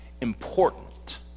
important